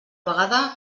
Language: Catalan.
vegada